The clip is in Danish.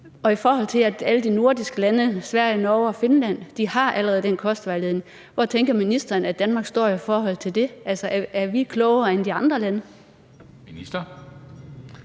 Og i forhold til at alle de nordiske lande – Sverige, Norge og Finland – allerede har den kostvejledning, hvor tænker ministeren så at Danmark står i forhold til det? Altså, er vi klogere end de andre lande? Kl.